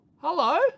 hello